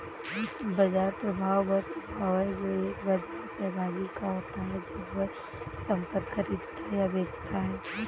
बाजार प्रभाव वह प्रभाव है जो एक बाजार सहभागी का होता है जब वह संपत्ति खरीदता या बेचता है